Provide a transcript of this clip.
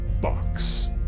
box